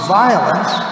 violence